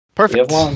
perfect